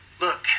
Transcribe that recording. Look